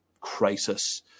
crisis